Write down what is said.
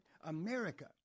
America